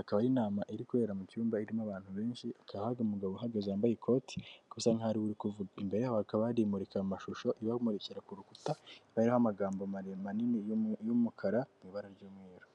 akaba ari inama iri kubera mu cyumba, irimo abantu benshi, hakaba hari umugabo uhagaze wambaye ikoti bikaba bisa nk'aho ari we uri kuvuga, imbere yabo hakaba hari imurikamashusho ibamurikirara ku rukuta, ikaba iriho amagambo manini y'umukara mu ibara ry'umweru.